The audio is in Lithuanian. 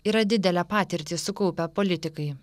yra didelę patirtį sukaupę politikai